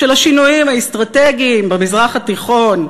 של השינויים האסטרטגיים במזרח התיכון,